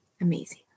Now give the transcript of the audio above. Amazing